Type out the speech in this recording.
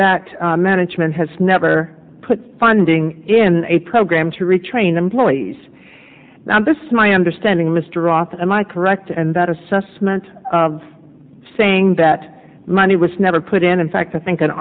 that management has never put funding in a program to retrain employees and this is my understanding mr roth am i correct and that assessment saying that money was never put in in fact i think an